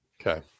Okay